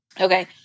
Okay